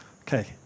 Okay